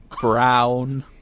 Brown